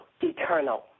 eternal